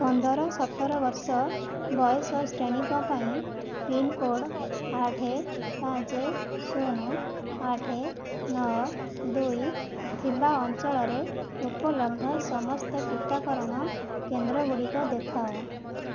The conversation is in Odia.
ପନ୍ଦର ସତର ବର୍ଷ ବୟସ ଶ୍ରେଣୀଙ୍କ ପାଇଁ ପିନକୋଡ଼ ଆଠ ପାଞ୍ଚ ଶୂନ ଆଠ ନଅ ଦୁଇ ଥିବା ଅଞ୍ଚଳରେ ଉପଲବ୍ଧ ସମସ୍ତ ଟିକାକରଣ କେନ୍ଦ୍ରଗୁଡ଼ିକ ଦେଖାଅ